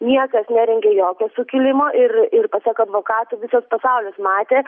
niekas nerengė jokio sukilimo ir ir pasak advokatų visas pasaulis matė